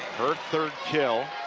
her third kill.